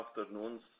afternoon's